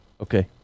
Okay